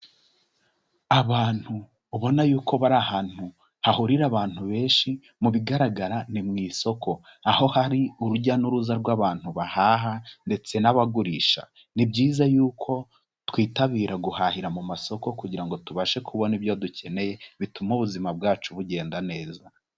Abantu ubona yuko bari ahantu hahurira abantu benshi, mu bigaragara ni mu isoko, aho hari urujya n'uruza rw'abantu bahaha ndetse n'abagurisha, ni byiza yuko twitabira guhahira mu masoko, kugira ngo tubashe kubona ibyo dukeneye bituma ubuzima bwacu bugenda neza.